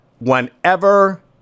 Whenever